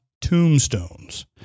tombstones